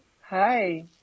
Hi